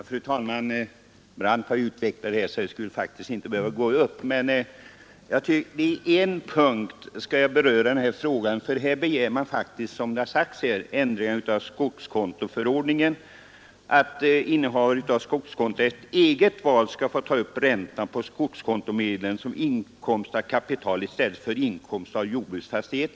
Fru talman! Herr Brandt har utvecklat synpunkterna i denna fråga, så jag skulle faktiskt inte behöva gå upp i debatten, men jag vill beröra en punkt i sammanhanget. Motionärerna begär faktiskt, som det har sagts här, ändringar i skogskontoförordningen så till vida att innehavare av skogskonto efter eget val skulle få ta upp räntan på skogskontomedlen som inkomst av kapital i stället för inkomst av jordbruksfastighet.